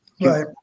Right